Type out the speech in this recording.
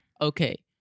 Okay